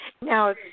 Now